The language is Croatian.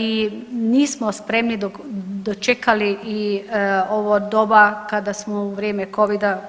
I nismo spremni dočekali i ovo doba kada smo u vrijeme covida